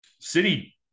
City